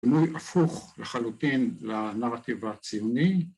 ‫דימוי הפוך לחלוטין לנרטיב הציוני.